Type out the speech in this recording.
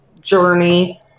journey